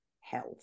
health